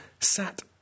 sat